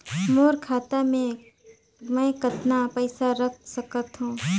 मोर खाता मे मै कतना पइसा रख सख्तो?